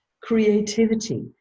creativity